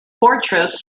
fortress